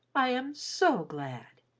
i am so glad!